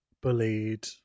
Bullied